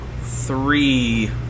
three